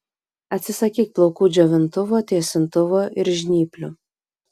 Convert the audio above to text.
atsisakyk plaukų džiovintuvo tiesintuvo ir žnyplių